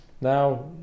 now